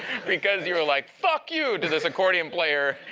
because you were, like, fuck you to this accordion player,